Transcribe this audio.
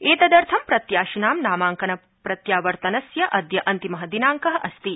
एतदर्थं प्रत्याशिनां नामांकन प्रत्यावर्तनस्य अद्य अन्तिम दिनांक अस्ति